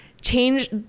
change